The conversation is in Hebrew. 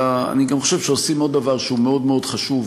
אלא אני גם חושב שעושים עוד דבר שהוא מאוד מאוד חשוב,